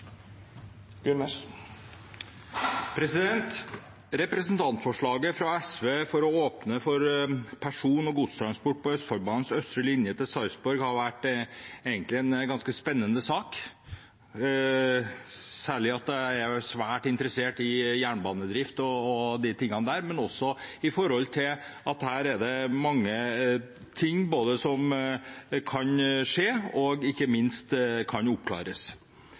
Representantforslaget fra SV om å åpne for person- og godstransport på Østfoldbanens østre linje til Sarpsborg har egentlig vært en ganske spennende sak, særlig siden jeg er svært interessert i jernbanedrift og de tingene der, men også siden det er mange ting som kan skje, og som ikke minst kan